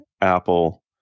Apple